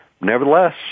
Nevertheless